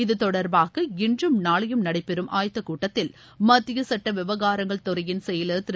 இது தொடர்பாக இன்றும் நாளையும் நடைபெறும் ஆயத்தகூட்டத்தில் மத்தியசட்டவிவகாரங்கள் துறையின் செயலர்திரு